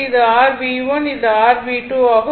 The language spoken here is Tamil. இது r V1 இது rV2 ஆகும்